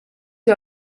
you